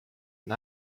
and